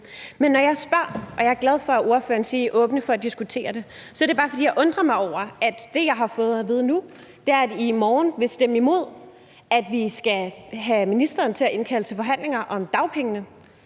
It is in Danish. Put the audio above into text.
i gang med lige nu. Jeg er glad for, at ordføreren siger, at Radikale er åbne over for at diskutere det, men når jeg spørger, er det, fordi jeg undrer mig over, at det, jeg har fået at vide nu, er, at I i morgen vil stemme imod, at vi skal have ministeren til at indkalde til forhandlinger om dagpengene,